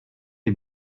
est